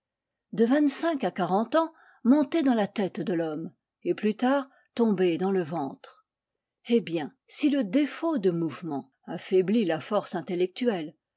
de vingt-cinq à quarante ans monter dans la tête de thomme et plus tard tomber dans le ventre eh bien si le défaut de mouvement affaiblit la force intellectuelle